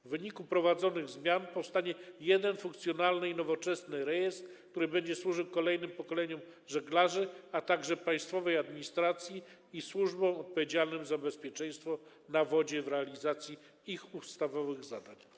W wyniku wprowadzonych zmian powstanie jeden funkcjonalny i nowoczesny rejestr, który będzie służył kolejnym pokoleniom żeglarzy, a także państwowej administracji i służbom odpowiedzialnym za bezpieczeństwo na wodzie w realizacji ich ustawowych zadań.